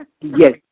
yes